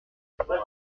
compléter